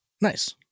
nice